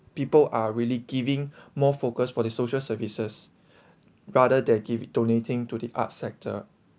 people are really giving more focused for the social services rather than giv~ donating to the arts sector